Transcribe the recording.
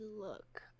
look